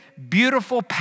Beautiful